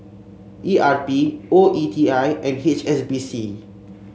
E R P O E T I and H S B C